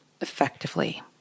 effectively